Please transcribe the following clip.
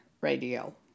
radio